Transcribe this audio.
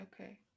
Okay